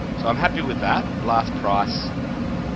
so i'm happy with that, last price,